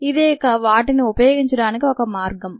ఇది ఇక వాటిని ఉపయోగించడానికి ఒక మార్గం